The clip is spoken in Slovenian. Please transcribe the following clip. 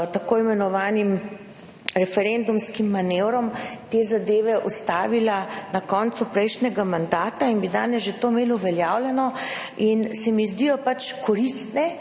tako imenovanim referendumskim manevrom te zadeve ustavila na koncu prejšnjega mandata, bi danes imeli to že uveljavljeno, se mi zdi koristna